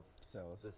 cells